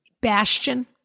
Bastion